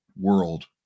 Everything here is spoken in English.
world